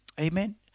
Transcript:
Amen